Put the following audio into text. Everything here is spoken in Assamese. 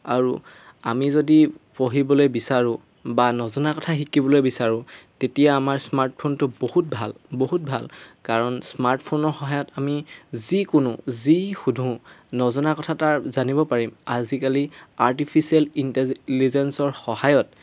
আৰু আমি যদি পঢ়িবলৈ বিচাৰোঁ বা নজনা কথা শিকিবলৈ বিচাৰোঁ তেতিয়া আমাৰ স্মাৰ্টফোনটো বহুত ভাল বহুত ভাল কাৰণ স্মাৰ্টফোনৰ সহায়ত আমি যিকোনো যি সুধোঁ নজনা কথা এটা জানিব পাৰিম আজিকালি আৰ্টিফিচিয়েল ইণ্টেজিলিজেঞ্চৰ সহায়ত